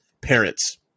parents